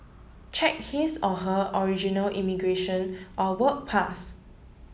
check his or her original immigration or work pass